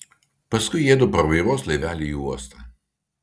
paskui jiedu parvairuos laivelį į uostą